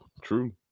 True